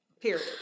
Period